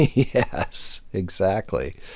yes, exactly.